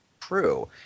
true